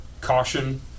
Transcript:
caution